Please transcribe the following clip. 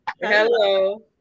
Hello